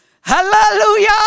Hallelujah